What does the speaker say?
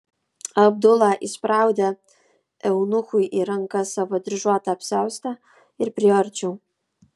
abdula įspraudė eunuchui į rankas savo dryžuotą apsiaustą ir priėjo arčiau